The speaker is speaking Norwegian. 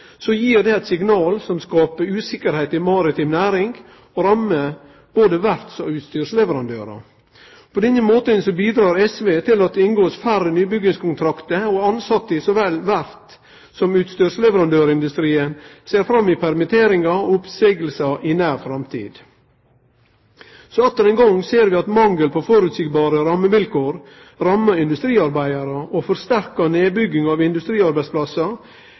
så vel verftsindustrien som utstyrsleverandørindustrien ser permitteringar og oppseiingar i nær framtid. Atter ein gong ser vi at mangel på føreseielege rammevilkår rammar industriarbeidarar og forsterkar nedbygging av industriarbeidsplassar,